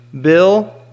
Bill